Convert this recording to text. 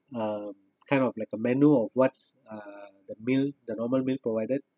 a kind of like a menu of what's are the meal the normal meal provided